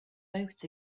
boat